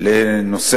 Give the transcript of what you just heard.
לנושא